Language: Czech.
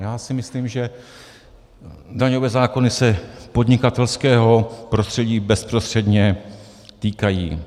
Já si myslím, že daňové zákony se podnikatelského prostředí bezprostředně týkají.